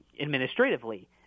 administratively